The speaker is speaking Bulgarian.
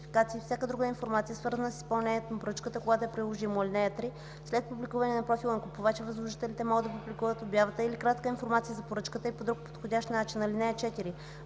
всяка друга информация, свързана с изпълнението на поръчката, когато е приложимо. (3) След публикуване на профила на купувача, възложителите могат да публикуват обявата или кратка информация за поръчката и по друг подходящ начин. (4)